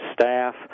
staff